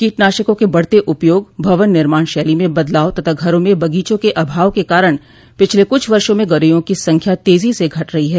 कीटनाशकों के बढ़ते उपयोग भवन निर्माण शैली में बदलाव तथा घरों में बगीचों के अभाव के कारण पिछले कुछ वर्षों में गोरैयों की संख्या तेजी से घटी है